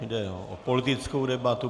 Jde o politickou debatu.